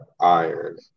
iron